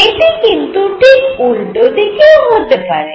এটি কিন্তু ঠিক উল্টো দিকেও হতে পারে